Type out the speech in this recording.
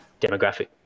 demographic